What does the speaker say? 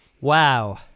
Wow